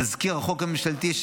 תזכיר החוק הממשלתי,